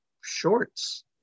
Shorts